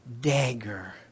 dagger